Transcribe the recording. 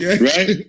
right